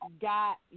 got